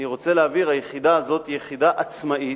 אני רוצה להבהיר: היחידה הזאת היא יחידה עצמאית,